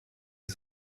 sie